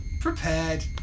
Prepared